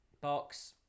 box